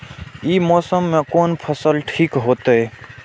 ई मौसम में कोन फसल ठीक होते?